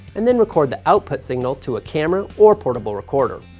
and then record the output signal to a camera or portable recorder.